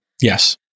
Yes